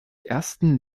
ersten